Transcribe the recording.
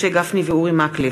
משה גפני ואורי מקלב,